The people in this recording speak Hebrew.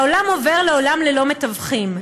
העולם עובר לעולם ללא מתווכים,